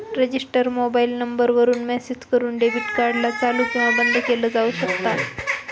register mobile number वरून message करून debit card ला चालू किंवा बंद केलं जाऊ शकता